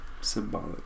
Symbolic